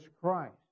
Christ